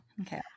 Okay